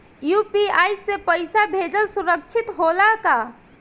UPI से पैसा भेजल सुरक्षित होला का?